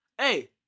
Hey